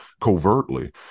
covertly